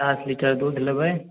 आठ लीटर दूध लेबै